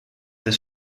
des